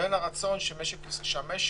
לבין הרצון שהמשק